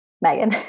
Megan